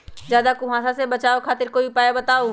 ज्यादा कुहासा से बचाव खातिर कोई उपाय बताऊ?